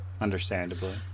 understandably